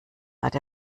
hat